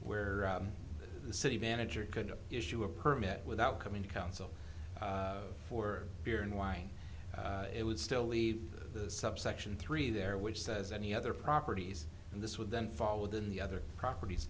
where the city manager could issue a permit without coming to council for beer and wine it would still leave the subsection three there which says any other properties and this would then fall within the other properties